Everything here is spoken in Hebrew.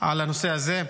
על הנושא הזה.